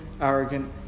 arrogant